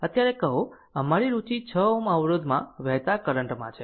અત્યારે કહો અમારી રુચિ 6 Ω અવરોધમાં વહેતા કરંટ માં છે